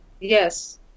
Yes